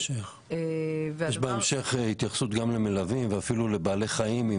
יש בהמשך התייחסות גם למלווה ואפילו לבעלי חיים.